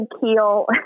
keel